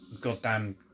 goddamn